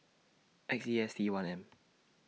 X E S T one M